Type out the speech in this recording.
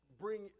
bring